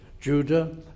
Judah